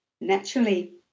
naturally